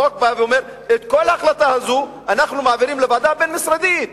החוק אומר: את כל ההחלטה הזו אנחנו מעבירים לוועדה הבין-משרדית.